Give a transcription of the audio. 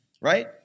right